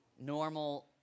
normal